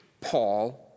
Paul